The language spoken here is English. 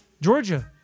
Georgia